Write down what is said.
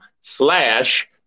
slash